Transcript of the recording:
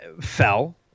fell